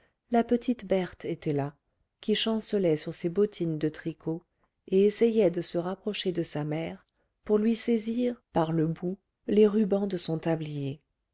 la petite berthe était là qui chancelait sur ses bottines de tricot et essayait de se rapprocher de sa mère pour lui saisir par le bout les rubans de son tablier